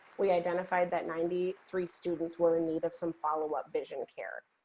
we identified that ninety three students were in need of some follow-up vision care.